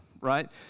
right